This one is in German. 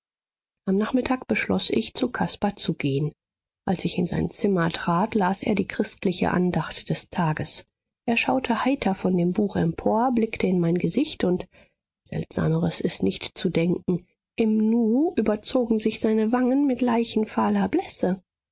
am nachmittag beschloß ich zu caspar zu gehen als ich in sein zimmer trat las er die christliche andacht des tages er schaute heiter von dem buch empor blickte in mein gesicht und seltsameres ist nicht zu denken im nu überzogen sich seine wangen mit leichenfahler blässe